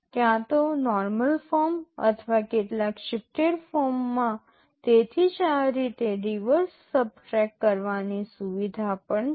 ક્યાં તો normal form અથવા કેટલાક શિફટેડ ફોર્મ માં તેથી જ આ રીતે રિવર્સ સબટ્રેક્ટ કરવાની સુવિધા પણ છે